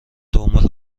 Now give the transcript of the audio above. دنبال